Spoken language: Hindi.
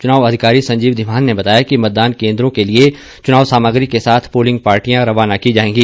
चुनाव अधिकारी संजीव धीमान ने बताया कि मतदान केंद्रों के लिए चुनाव सामग्री के साथ पोलिंग पार्टियां रवाना की जाएंगी